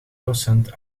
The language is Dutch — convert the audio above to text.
docent